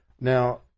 Now